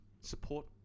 Support